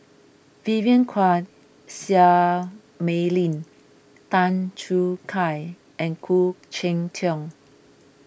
Vivien Quahe Seah Mei Lin Tan Choo Kai and Khoo Cheng Tiong